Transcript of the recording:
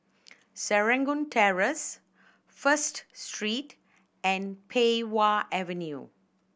Serangoon Terrace First Street and Pei Wah Avenue